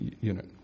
Unit